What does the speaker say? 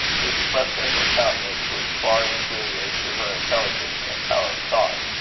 the expression of her countenance was far inferior to her intelligence and power of thought.